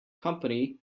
company